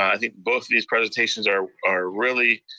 i think both of these presentations are are really